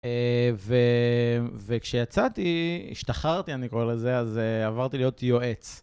וכשיצאתי, השתחררתי אני קורא לזה, אז עברתי להיות יועץ.